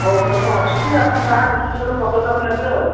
ହଉ ସାର୍ ମୁଁ ଆସୁଛି ଆପଣ ଯାହା ଦେଖିକି ଗୋଟେ ପଦକ୍ଷେପ ନେବେ ଆଉ